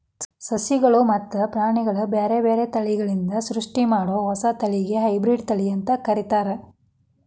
ಸಸಿಗಳು ಮತ್ತ ಪ್ರಾಣಿಗಳ ಬ್ಯಾರ್ಬ್ಯಾರೇ ತಳಿಗಳಿಂದ ಸೃಷ್ಟಿಮಾಡೋ ಹೊಸ ತಳಿಗೆ ಹೈಬ್ರಿಡ್ ತಳಿ ಅಂತ ಕರೇತಾರ